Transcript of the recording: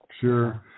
Sure